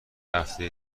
هفته